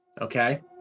Okay